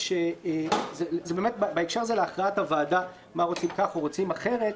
זה להכרעת הוועדה אם רוצים כך או רוצים אחרת.